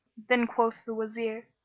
then quoth the wazir,